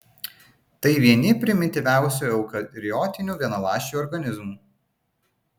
tai vieni primityviausių eukariotinių vienaląsčių organizmų